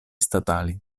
statali